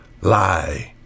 lie